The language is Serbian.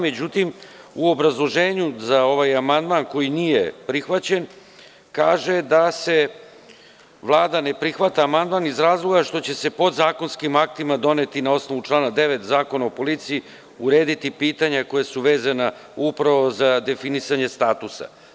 Međutim, u obrazloženju, za ovaj amandman, koji nije prihvaćen, kaže - Vlada ne prihvata amandman iz razloga što će se podzakonskim aktima doneti na osnovu člana 9. Zakona o policiji urediti pitanja koja su vezana, upravo za definisanje statusa.